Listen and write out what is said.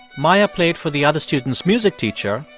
maya played for the other student's music teacher,